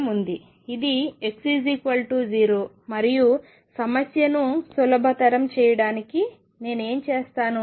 ఇది x0 మరియు సమస్యను సులభతరం చేయడానికి నేను ఏమి చేస్తాను